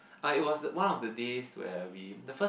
like it was one of the days where we the first